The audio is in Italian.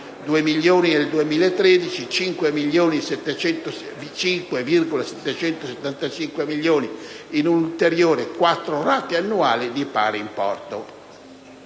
2 milioni nel 2013; 5,775 milioni in ulteriori 4 rate annuali di pari importo.